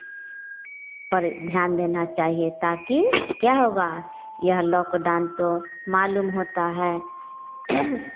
पर ध्यान देना चाहिए ताकि क्या होगा यह लॉक डाउन तो मालूम होता है